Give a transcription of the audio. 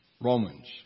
Romans